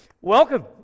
Welcome